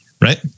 right